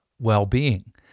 well-being